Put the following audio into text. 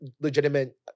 legitimate